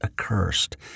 accursed